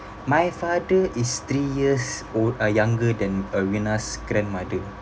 my father is three years old~ uh younger than aweena's grandmother